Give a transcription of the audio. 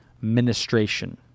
ministration